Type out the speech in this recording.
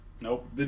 nope